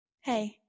Hey